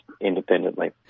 independently